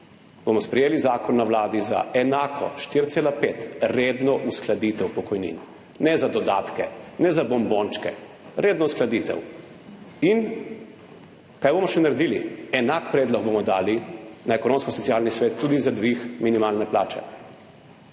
bomo sprejeli zakon na Vladi za enako 4,5 % redno uskladitev pokojnin, ne za dodatke, ne za bombončke, redno uskladitev. Kaj bomo še naredili? Enak predlog bomo dali na Ekonomsko-socialni svet tudi za dvig minimalne plače.